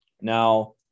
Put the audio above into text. Now